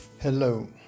Hello